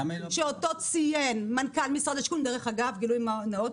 שאותו ציין מנכ"ל משרד השיכון דרך אגב גילוי נאות,